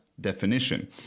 definition